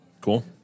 Cool